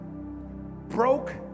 broke